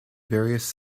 various